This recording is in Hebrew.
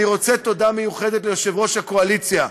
אני רוצה תודה מיוחדת ליושב-ראש הקואליציה.